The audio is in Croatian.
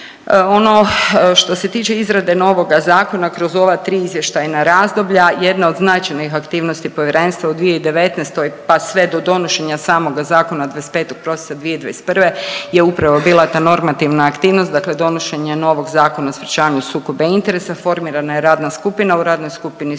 Ono što se tiče izrade novoga zakona kroz ova tri izvještajna razdoblja jedna od značajnih aktivnosti povjerenstva u 2019., pa sve do donošenja samoga zakona 25. prosinca 2021. je upravo bila ta normativna aktivnost, dakle donošenje novog Zakona o sprječavanju sukoba interesa, formirana je radna skupina, u radnoj skupini su